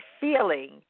feeling